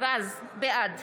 בעד